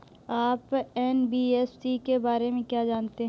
आप एन.बी.एफ.सी के बारे में क्या जानते हैं?